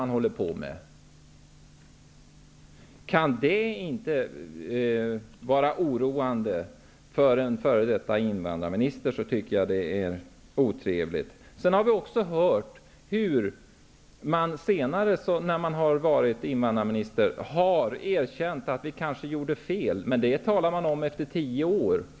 Om det inte är oroande för en före detta invandrarminister, tycker jag att det är otrevligt. Vi har också hört hur man senare -- efter det att man har varit invandrarminister -- har erkänt att man kanske gjorde fel. Men det talar man om efter tio år.